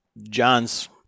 John's